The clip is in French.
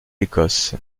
écosse